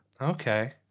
Okay